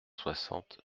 soixante